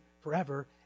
forever